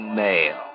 mail